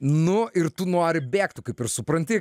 nu ir tu nori bėgt tu kaip ir supranti